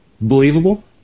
believable